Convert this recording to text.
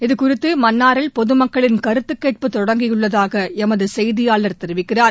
இது குறித்து மன்னாரில் பொதுமக்களின் கருத்துக்கேட்பு தொடங்கியுள்ளதாக எமது செய்தியாளர் தெரிவிக்கிறார்